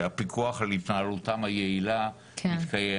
שהפיקוח על התנהלותן היעילה מתקיים